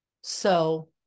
So-